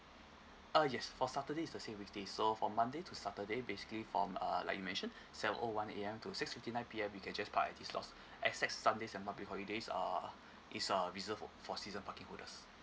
uh yes for saturday is the same as weekdays so from monday to saturday basically from err like we mentioned want seven o one A_M to six fifty nine P_M you can just park these lots except sundays and public holidays uh it's uh reserved for for season parking holders